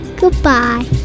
Goodbye